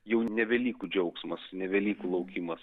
jau ne velykų džiaugsmas ne velykų laukimas